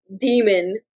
Demon